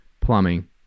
plumbing